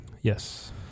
Yes